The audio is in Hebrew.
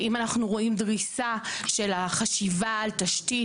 אם אנחנו רואים דריסה של החשיבה על תשתית,